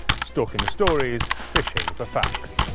stalking the stories. fishing for facts.